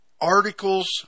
articles